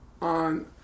on